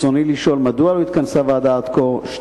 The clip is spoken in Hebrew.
רצוני לשאול: 1. מדוע לא התכנסה הוועדה עד כה?